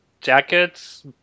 jackets